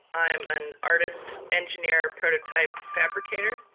i'm an artist engineer prototype fabricator.